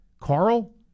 Carl